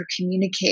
communicate